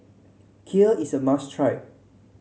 kheer is a must try